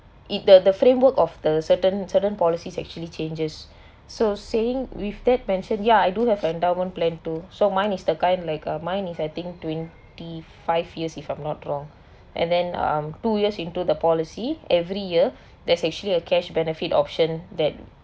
it the the framework of the certain certain policies actually changes so saying with that mentioned ya I do have endowment plan too so mine is the kind like uh mine is I think twenty five years if I'm not wrong and then um two years into the policy every year there's actually a cash benefit option that